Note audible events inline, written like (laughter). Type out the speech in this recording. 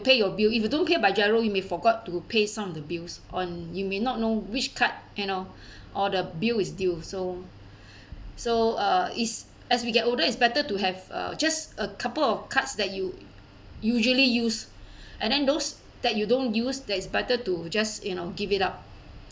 pay your bill if you don't pay by GIRO you may forgot to pays on the bills on you may not know which card you know (breath) or the bill is due so (breath) so uh is as we get older it's better to have uh just a couple of cards that you usually use (breath) and then those that you don't use that it's better to just you know give it up